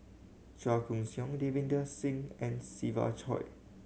Chua Koon Siong Davinder Singh and Siva Choy